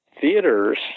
theaters